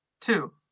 Two